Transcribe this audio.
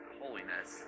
holiness